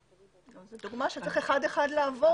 זאת דוגמה שצריך לעבור אחד אחד.